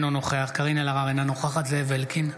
אינו נוכח קארין אלהרר, אינה נוכחת זאב אלקין,